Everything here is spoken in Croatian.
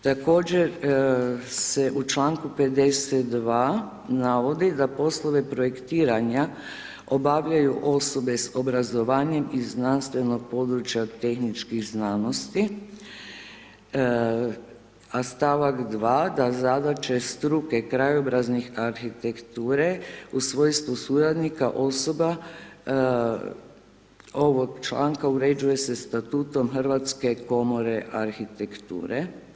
Također se u članku 52. navodi da poslove projektiranja obavljaju osobe sa obrazovanjem iz znanstvenog područja tehničkih znanosti a stavak 2. da zadaće struke krajobrazne arhitekture u svojstvu suradnika osoba ovog članka uređuje se statutom Hrvatske komore arhitekture.